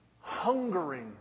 hungering